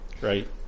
right